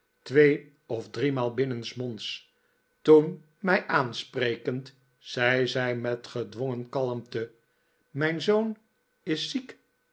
twee of driemaal binnensmonds toen mij aansprekend zei zij met gedwongen kalmte mijn zoon is ziek